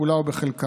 כולה או בחלקה.